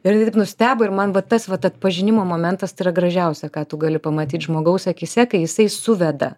ir jinai taip nustebo ir man va tas vat atpažinimo momentas tai yra gražiausia ką tu gali pamatyt žmogaus akyse kai jisai suveda